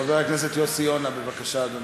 חבר הכנסת יוסי יונה, בבקשה, אדוני,